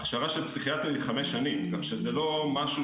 ההכשרה של פסיכיאטר היא חמש שנים כך שזה לא משהו